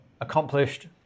accomplished